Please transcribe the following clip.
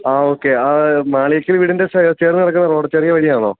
ആ ഓക്കെ ആ മാളിയേക്കൽ വീടിൻ്റെ ചേർന്ന് കിടക്കുന്ന റോഡ് ചെറിയ വഴി ആണോ